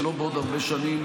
ולא בעוד הרבה שנים,